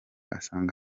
asanga